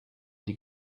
die